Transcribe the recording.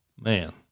Man